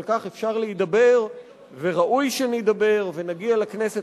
על כך אפשר להידבר וראוי שנידבר ונגיע לכנסת,